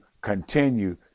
continue